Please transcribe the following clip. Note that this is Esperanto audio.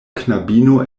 knabino